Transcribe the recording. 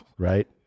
Right